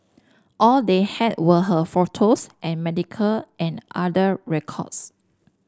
all they had were her photos and medical and other records